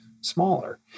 smaller